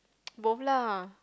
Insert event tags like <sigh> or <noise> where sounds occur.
<noise> both lah